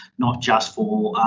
not just for,